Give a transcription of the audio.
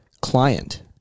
client